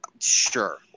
Sure